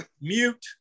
mute